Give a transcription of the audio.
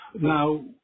Now